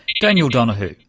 daniel donahoo,